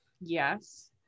yes